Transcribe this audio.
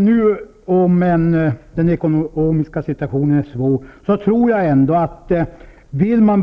Herr talman! Även om den ekonomiska situationen är svår tror jag att man kan hitta de medel som behövs för att undvika dessa avgiftshöjningar, om man